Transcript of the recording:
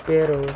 Pero